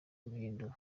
kubihindura